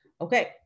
Okay